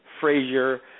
Frasier